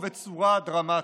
ובצורה דרמטית,